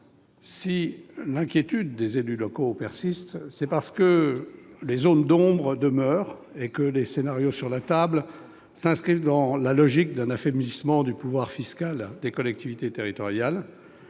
Si l'inquiétude des élus locaux persiste, c'est parce que les zones d'ombre demeurent et parce que les scénarios sur la table s'inscrivent tous dans la logique d'un affaiblissement du pouvoir fiscal des collectivités territoriales.